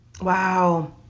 Wow